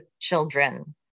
children